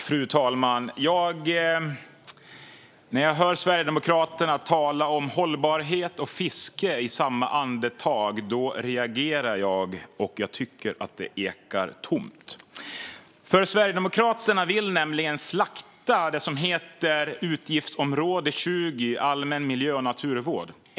Fru talman! När jag hör Sverigedemokraterna tala om hållbarhet och fiske i samma andetag reagerar jag, och jag tycker att det ekar tomt. Sverigedemokraterna vill nämligen slakta Utgiftsområde 20 Allmän miljö och naturvård.